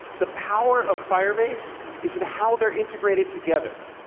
the power of firebase is in how they're integrated together.